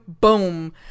boom